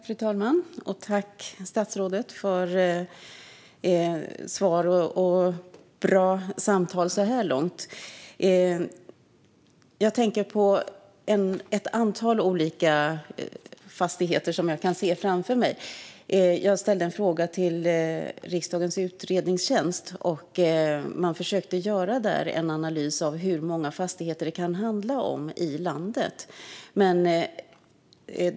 Fru talman! Tack, statsrådet, för svar och bra samtal så här långt! Jag tänker på ett antal olika fastigheter som jag kan se framför mig. Jag ställde en fråga till riksdagens utredningstjänst, som försökte göra en analys av hur många fastigheter det kan handla om i landet.